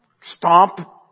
stomp